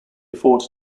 fought